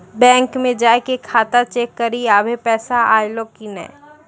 bank मे जाय के खाता चेक करी आभो पैसा अयलौं कि नै